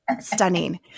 Stunning